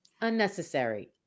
Unnecessary